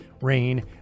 rain